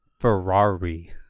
Ferrari